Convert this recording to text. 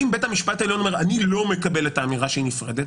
אם בית המשפט העליון אומר: אני לא מקבל את האמירה שהיא נפרדת,